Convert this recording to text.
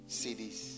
cities